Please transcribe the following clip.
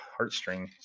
heartstring